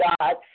God's